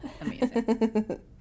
amazing